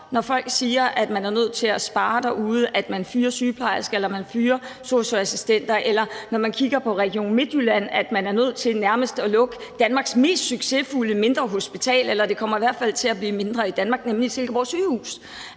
når folk siger, at man er nødt til at spare derude, at man fyrer sygeplejersker eller man fyrer sosu-assistenter, eller når vi kigger på Region Midtjylland, at man er nødt til nærmest at lukke Danmarks mest succesfulde mindre hospital – eller det kommer i hvert fald til at blive mindre i Danmark – nemlig Silkeborg Sygehus.